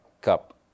cup